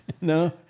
No